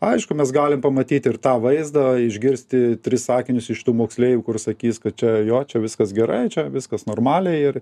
aišku mes galim pamatyti ir tą vaizdą išgirsti tris sakinius iš tų moksleivių kur sakys kad čia jo čia viskas gerai čia viskas normaliai ir